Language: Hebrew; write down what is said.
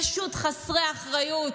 פשוט חסרי אחריות,